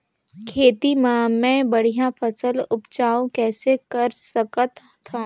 खेती म मै बढ़िया फसल उपजाऊ कइसे कर सकत थव?